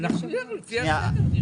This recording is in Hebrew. אנחנו נלך לפי הסדר.